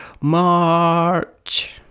March